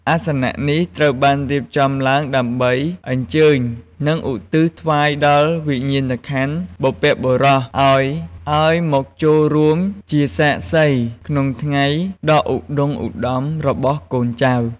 អាសនៈនេះត្រូវបានរៀបចំឡើងដើម្បីអញ្ជើញ និងឧទ្ទិសថ្វាយដល់វិញ្ញាណក្ខន្ធបុព្វបុរសឲ្យមកចូលរួមជាសាក្សីក្នុងថ្ងៃដ៏ឧត្តុង្គឧត្តមរបស់កូនចៅ។